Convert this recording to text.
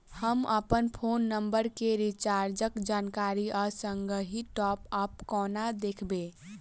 हम अप्पन phone number केँ रिचार्जक जानकारी आ संगहि टॉप अप कोना देखबै?